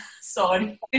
Sorry